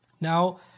Now